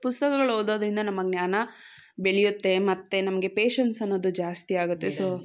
ಪುಸ್ತಕಗಳು ಓದೋದ್ರಿಂದ ನಮ್ಮ ಜ್ಞಾನ ಬೆಳೆಯುತ್ತೆ ಮತ್ತು ನಮಗೆ ಪೇಶನ್ಸ್ ಅನ್ನೋದು ಜಾಸ್ತಿ ಆಗುತ್ತೆ ಸೊ